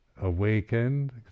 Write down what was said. Awakened